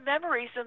memories